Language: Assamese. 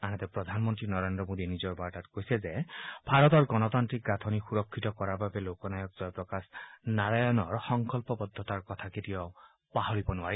আনহাতে প্ৰধানমন্ত্ৰী নৰেন্দ্ৰ মোদীয়ে নিজৰ বাৰ্তাত কৈছে যে ভাৰতৰ গণতান্ত্ৰিক গাঁথনি সুৰক্ষিত কৰাৰ বাবে লোকনায়ক জয়প্ৰকাশ নাৰায়ণৰ সংকল্পবদ্ধতাৰ কথা কেতিয়াও পাহৰিব পৰা নাযায়